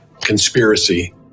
conspiracy